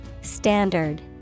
Standard